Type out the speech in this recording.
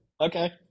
okay